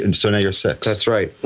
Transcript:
and so now you're six. that's right.